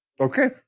Okay